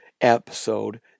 episode